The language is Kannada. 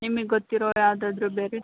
ನಿಮಗ್ ಗೊತ್ತಿರೋದು ಯಾವುದಾದ್ರೂ ಬೇರೆ